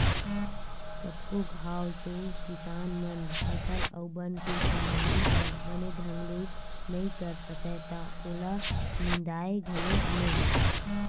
कतको घांव तो किसान मन फसल अउ बन के चिन्हारी ल बने ढंग ले नइ कर सकय त ओला निंदय घलोक नइ